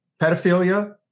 Pedophilia